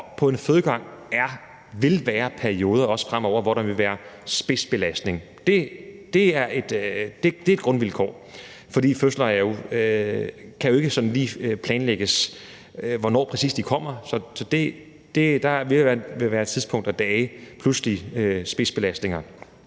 der på en fødegang er og fremover også vil være perioder, hvor der vil være spidsbelastning. Det er et grundvilkår, fordi det jo ikke kan planlægges, præcis hvornår fødslerne kommer. Så der vil være tidspunkter og dage med pludselige spidsbelastninger,